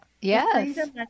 Yes